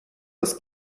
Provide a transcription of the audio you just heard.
als